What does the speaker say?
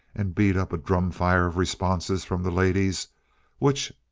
and beat up a drumfire of responses from the ladies which,